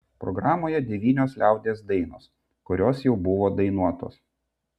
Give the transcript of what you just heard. programoje devynios liaudies dainos kurios jau buvo dainuotos